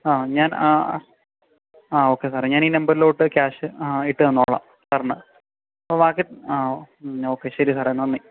ആ ഞാൻ ആ ഓക്കെ സാറെ ഞാൻ ഈ നമ്പറിലോട്ട് ക്യാഷ് ആ ഇട്ട് തന്നോളാം സാറിന് ഓ ബാക്കി ആ ഓക്കെ ശരി സാറെ നന്ദി